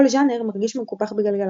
כל ז'אנר מרגיש מקופח בגלגלצ.